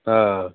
हा